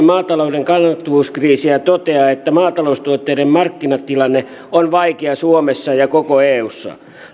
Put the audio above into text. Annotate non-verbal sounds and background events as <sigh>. <unintelligible> maatalouden kannattavuuskriisiä ja toteaa että maataloustuotteiden markkinatilanne on vaikea suomessa ja koko eussa